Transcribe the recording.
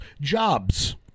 jobs